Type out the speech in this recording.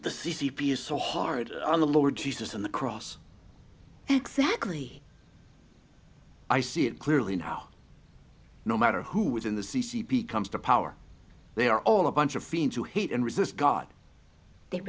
the c c p is so hard on the lord jesus on the cross exactly i see it clearly now no matter who was in the c c p comes to power they are all a bunch of fiends who hate and resist god that